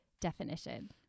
definition